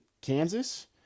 Kansas